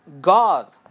God